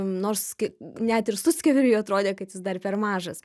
nors ki net ir suckeveriui atrodė kad jis dar per mažas